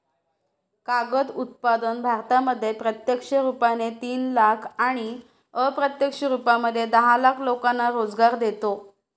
कागद उत्पादन भारतामध्ये प्रत्यक्ष रुपाने तीन लाख आणि अप्रत्यक्ष रूपामध्ये दहा लाख लोकांना रोजगार देतो